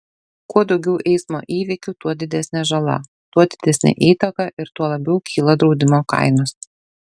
kuo daugiau eismo įvykių kuo didesnė žala tuo didesnė įtaka ir tuo labiau kyla draudimo kainos